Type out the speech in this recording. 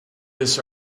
this